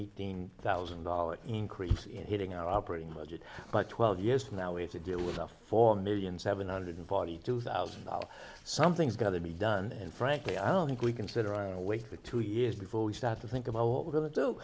eighteen thousand dollars increase in hitting our operating budget by twelve years now we have to deal with the four million seven hundred forty two thousand dollars something's got to be done and frankly i don't think we can sit around and wait for two years before we start to think about what we're go